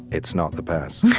it's not the past.